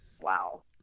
wow